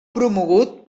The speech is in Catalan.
promogut